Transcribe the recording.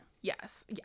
yes